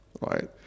right